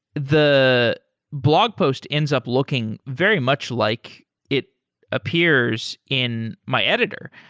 the blog post ends up looking very much like it appears in my editor,